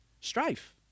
Strife